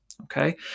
Okay